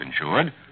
insured